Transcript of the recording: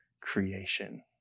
creation